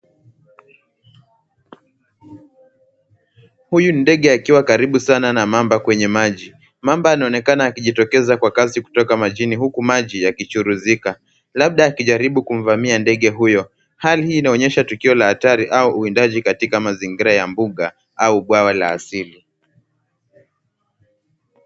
Huyu ni ndege akiwa karibu sana na mamba kwenye maji. Mamba anaonekana akijitokeza kwa kasi kutoka majini huku maji yakichuruzika, labda akijaribu kumvamia ndege huyo. Hali hii inaonyesha tukio la hatari au uwindaji katika mazingira ya mbuga au bwawa la asili.